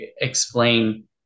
explain